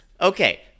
Okay